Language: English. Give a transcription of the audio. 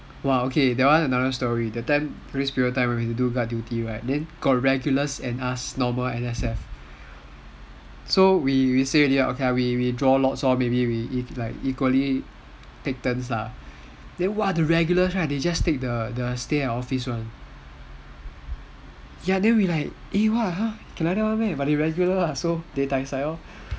!wah! okay that one another story that time when we do guard duty right got regulars and us normal N_S_F so we say already ah we draw lots then we like equally take turns lah then !wah! the regulars right they just take the stay at office one ya then we like eh what the hell can like that one meh but they regular lah so they dai sai lor